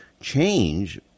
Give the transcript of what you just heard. change